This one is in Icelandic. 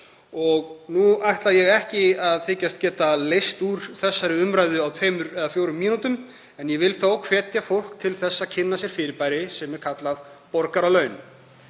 Nú ætla ég ekki að þykjast geta leyst úr þessari umræðu á fjórum mínútum en ég vil þó hvetja fólk til þess að kynna sér fyrirbæri sem er kallað borgaralaun.